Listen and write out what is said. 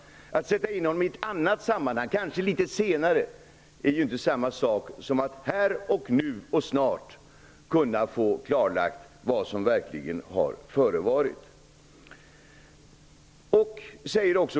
Att sätta in honom i ett annat sammanhang, kanske litet senare, är ju inte samma sak som att här, nu eller snart få klarlagt vad som verkligen har förevarit.